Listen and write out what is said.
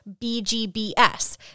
BGBS